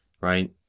right